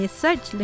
search